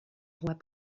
roi